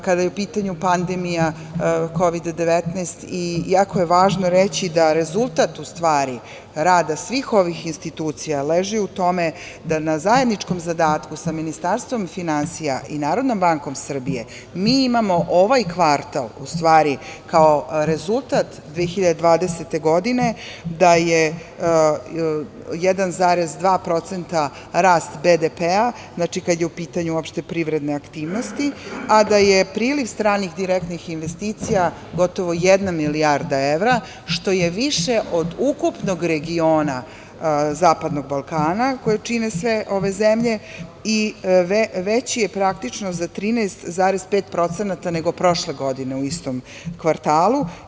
Kada je u pitanju pandemija Kovida – 19 i jako je važno reći da rezultat u stvari rada svih ovih institucija leži u tome da na zajedničkom zadatku sa Ministarstvom finansija i Narodnom bankom Srbije, mi imamo ovaj kvartal, u stvari, kao rezultat 2020. godine, da je 1,2% rast BDP, znači, kada su u pitanju uopšte privredne aktivnosti, a da je priliv stranih direktnih investicija gotovo jedna milijarda evra, što je više od ukupnog regiona Zapadnog Balkana, koji čine sve ove zemlje i veći je praktično za 13,5% nego prošle godine u istom kvartalu.